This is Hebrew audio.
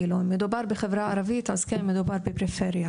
כשמדובר בחברה הערבית מדובר בפריפריה,